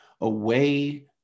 away